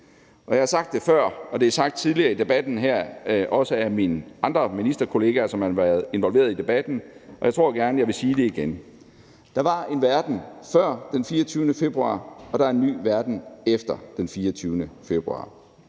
Jeg har sagt det før, og det er også sagt tidligere i debatten af mine andre ministerkolleger, som har været involveret i debatten, og jeg tror, at jeg gerne vil sige det igen: Der var en verden før den 24. februar, og der er en ny verden efter den 24. februar